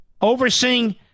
overseeing